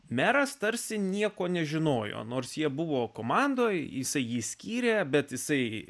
meras tarsi nieko nežinojo nors jie buvo komandoje jisai jį skyrė bet jisai